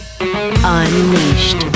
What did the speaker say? Unleashed